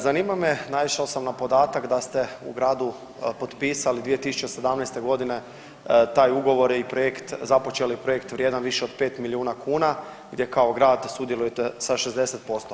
Zanima me, naišao sam na podatak da ste u gradu potpisali 2017. godine taj ugovor i projekt, započeli projekt vrijedan više od pet milijuna kuna gdje kao grad sudjelujete sa 60%